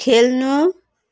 खेल्नु